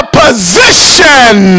position